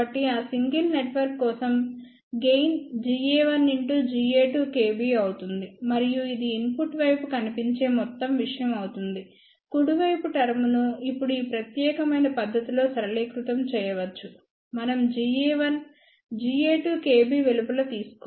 కాబట్టి ఆ single network కోసం గెయిన్ Ga1 Ga2kB అవుతుంది మరియు ఇది ఇన్పుట్ వైపు కనిపించే మొత్తం విషయం అవుతుంది కుడి వైపు టర్మ్ ను ఇప్పుడు ఈ ప్రత్యేకమైన పద్ధతిలో సరళీకృతం చేయవచ్చు మనం GA1 Ga2kB వెలుపల తీసుకోవచ్చు